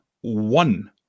one